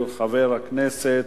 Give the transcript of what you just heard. של חבר הכנסת,